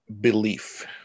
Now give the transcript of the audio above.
belief